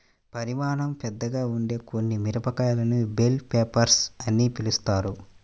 పరిమాణంలో పెద్దగా ఉండే కొన్ని మిరపకాయలను బెల్ పెప్పర్స్ అని పిలుస్తారు